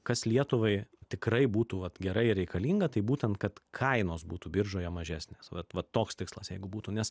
kas lietuvai tikrai būtų vat gerai reikalinga tai būtent kad kainos būtų biržoje mažesnės vat vat toks tikslas jeigu būtų nes